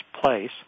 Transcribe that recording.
place